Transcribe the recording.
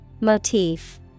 Motif